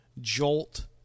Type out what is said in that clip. jolt